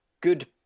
good